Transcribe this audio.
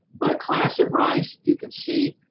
by class of rice, you can see,